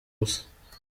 busa